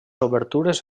obertures